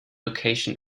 location